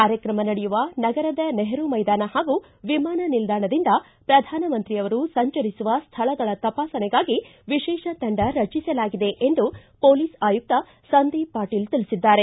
ಕಾರ್ಯಕ್ರಮ ನಡೆಯುವ ನಗರದ ನೆಹರು ಮೈದಾನ ಹಾಗೂ ವಿಮಾನ ನಿಲ್ಲಾಣದಿಂದ ಪ್ರಧಾನಮಂತ್ರಿಯವರು ಸಂಚರಿಸುವ ಸ್ಥಳಗಳ ತಪಾಸಣೆಗಾಗಿ ವಿಶೇಷ ತಂಡ ರಚಿಸಲಾಗಿದೆ ಎಂದು ಪೋಲಿಸ್ ಆಯುಕ್ತ ಸಂದೀಪ್ ಪಾಟೀಲ್ ತಿಳಿಸಿದ್ದಾರೆ